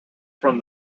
from